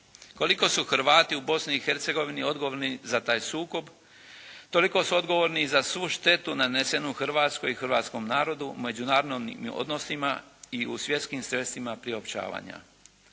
koliko su Hrvati u Bosni i Hercegovini odgovorni za taj sukob toliko su odgovorni i za svu štetu nanesenu Hrvatskoj i hrvatskom narodu, međunarodnim odnosima i u svjetskim sredstvima priopćavanja.